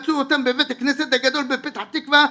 מצאו אותם בבית הכנסת הגדול בפתח תקווה,